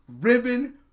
Ribbon